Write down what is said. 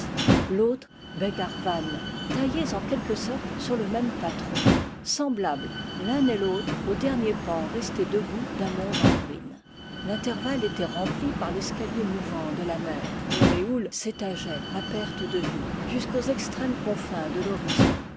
beg ar van taillés en quelque sorte sur le même patron semblables l'un et l'autre aux derniers pans restés debout d'un monde en ruine l'intervalle était rempli par l'escalier mouvant de la mer dont les houles s'étageaient à perte de vue jusqu'aux extrêmes confins de